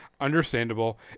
understandable